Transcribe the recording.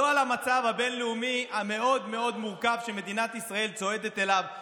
לא על המצב הבין-לאומי המאוד-מאוד מורכב שמדינת ישראל צועדת אליו,